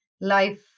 life